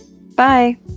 Bye